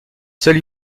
seule